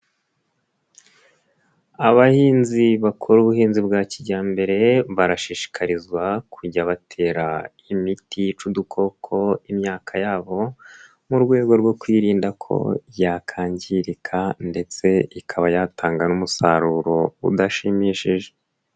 Abahinzi bakora ubuhinzi bwa kijyambere, barashishikarizwa kujya batera imitica udukoko imyaka yabo, mu rwego rwo kwirinda ko yakangirika ndetse ikaba yatanga n'umusaruro udashimishije.